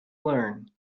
learn